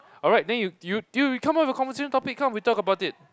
alright then you you you come up with the conversation topic come we talk about it